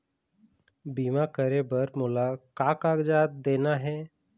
बीमा करे बर मोला का कागजात देना हे?